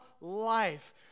life